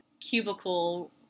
cubicle